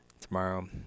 tomorrow